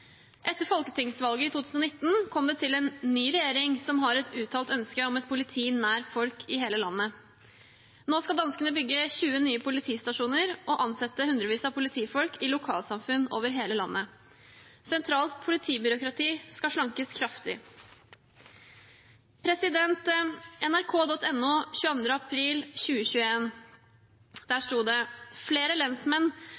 Etter folketingsvalget i 2019 kom det til en ny regjering som har et uttalt ønske om et politi nær folk i hele landet. Nå skal danskene bygge 20 nye politistasjoner og ansette hundrevis av politifolk i lokalsamfunn over hele landet. Sentralt politibyråkrati skal slankes kraftig. På NRK.no 22. april